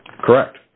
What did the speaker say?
Correct